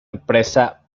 empresa